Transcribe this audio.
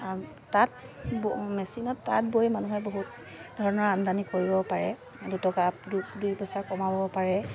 তাঁত মেচিনত তাঁত বৈ মানুহে বহুত ধৰণৰ আমদানি কৰিব পাৰে দুটকা দুই পইচা কমাব পাৰে